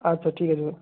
আচ্ছা ঠিক আছে